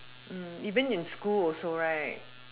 (mm)even in school also right